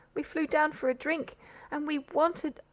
we flew down for a drink and we wanted,